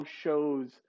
shows